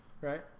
Right